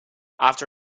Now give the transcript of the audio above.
after